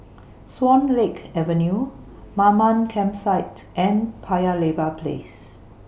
Swan Lake Avenue Mamam Campsite and Paya Lebar Place